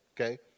okay